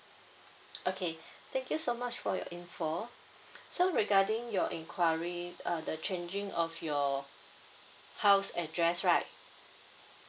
okay thank you so much for your info so regarding your inquiry uh the changing of your house address right